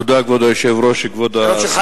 כבוד היושב-ראש, תודה, כבוד השר,